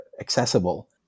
accessible